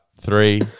Three